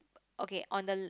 okay on the